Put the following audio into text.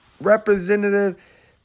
Representative